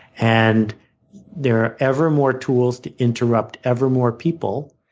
and there are ever more tools to interrupt ever more people.